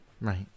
Right